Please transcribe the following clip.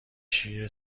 شیر